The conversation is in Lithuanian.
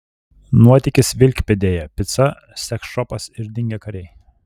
nuotykis vilkpėdėje pica seksšopas ir dingę kariai